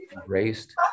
embraced